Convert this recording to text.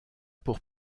pour